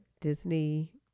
Disney